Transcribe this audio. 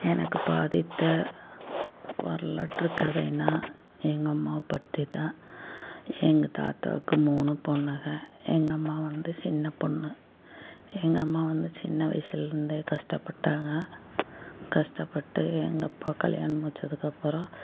எனக்கு பாதித்த வரலாற்று கதைன்னா எங்கள் அம்மா பற்றி தான் எங்கள் தாத்தாவுக்கு மூணு பொண்ணுங்க எங்கள் அம்மா வந்து சின்ன பொண்ணு எங்கள் அம்மா வந்து சின்ன வயசுலருந்தே கஷ்டப்பட்டாங்க கஷ்டப்பட்டு எங்கள் அப்பாவை கல்யாணம் முடிச்சதுக்கு அப்புறம்